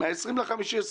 חשבתי שנכון לקיים דיון כזה,